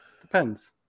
Depends